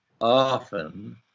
often